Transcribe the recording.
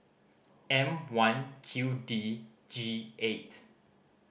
M One Q D G eight